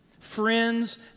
friends